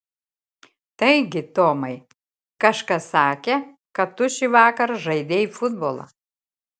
taigi tomai kažkas sakė kad tu šįvakar žaidei futbolą